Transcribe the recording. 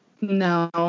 no